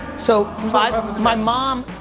so five, my mom,